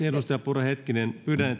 edustaja purra hetkinen pyydän